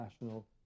national